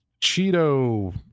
cheeto